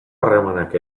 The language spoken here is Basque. harremanak